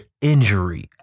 injury